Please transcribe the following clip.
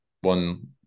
one